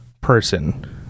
person